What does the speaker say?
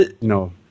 no